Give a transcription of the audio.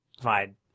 Fine